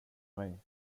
mig